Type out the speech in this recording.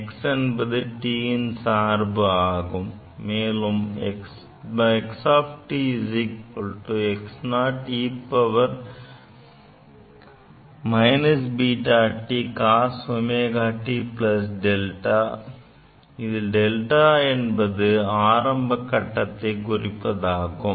x என்பது t ன் சார்பு ஆகும் மேலும் x x0e βt cosωt δ இந்த δ என்பது ஆரம்ப கட்டத்தை குறிப்பதாகும்